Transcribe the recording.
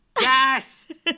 yes